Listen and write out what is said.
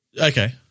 Okay